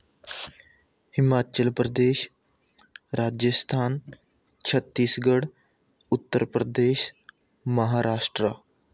Himachal Pradesh Rajasthan Chhattisgarh Uttar Pradesh Maharashtra